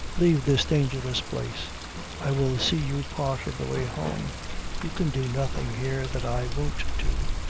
leave this dangerous place i will see you part of the way home you can do nothing here that i won't do,